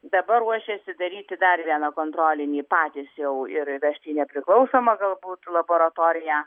dabar ruošiasi daryti dar vieną kontrolinį patys jau ir vežti į nepriklausomą galbūt laboratoriją